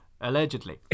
Allegedly